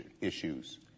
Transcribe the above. issues